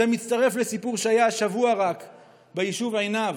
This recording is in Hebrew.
זה מצטרף לסיפור שהיה רק השבוע ביישוב עינב,